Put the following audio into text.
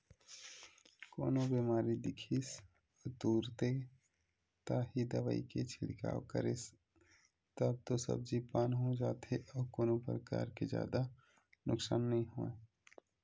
कोनो बेमारी दिखिस अउ तुरते ताही दवई के छिड़काव करेस तब तो सब्जी पान हो जाथे अउ कोनो परकार के जादा नुकसान नइ होवय